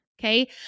okay